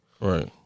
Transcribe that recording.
right